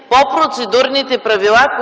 по процедурните правила,